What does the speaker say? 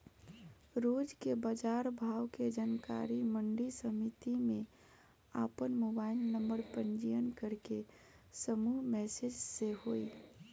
रोज के बाजार भाव के जानकारी मंडी समिति में आपन मोबाइल नंबर पंजीयन करके समूह मैसेज से होई?